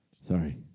sorry